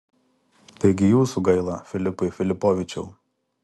taigi jūsų gaila filipai filipovičiau